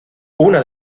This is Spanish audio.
una